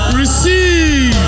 receive